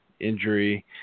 injury